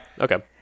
okay